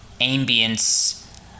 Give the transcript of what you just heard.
ambience